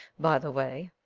by the way.